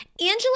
Angela